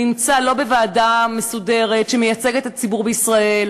נמצא לא בוועדה מסודרת שמייצגת את הציבור בישראל,